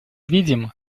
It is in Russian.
видим